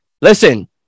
listen